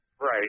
right